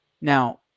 Now